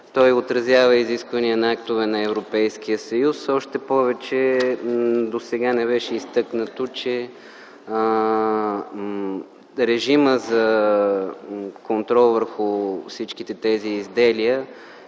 Той отразява изисквания на актове на Европейския съюз. Още повече, досега не беше изтъкнато, че режимът за контрол върху всички тези изделия